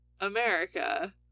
America